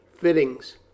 Fittings